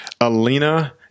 Alina